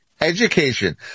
Education